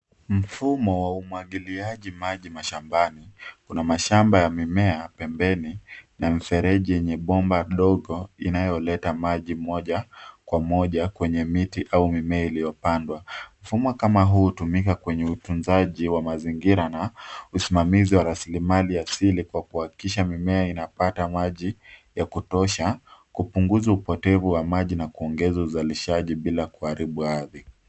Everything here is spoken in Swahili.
MFumo wa umwagiliaji maji mashambani. Kuna mashamba yamemea pembeni na mfereji yenye bomba dogo inayoleta maji moja kwa moja kwenye miti au mimea iliyopandwa. Mfumo kama huu hutumika kwenye utunzaji wa mazingira na usimamizi wa rasilimali asili kwa kuhakikisha mimea inapata maji ya kutosha kupunguza upotevu wa maji na kuongeza uzalishaji bila kuharibu ardhi.